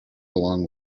along